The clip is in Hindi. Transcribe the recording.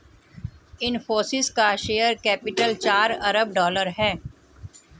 इनफ़ोसिस का शेयर कैपिटल चार अरब डॉलर है